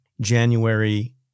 January